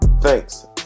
Thanks